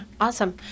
awesome